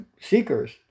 seekers